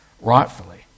rightfully